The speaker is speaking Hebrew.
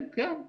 כן,